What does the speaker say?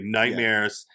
nightmares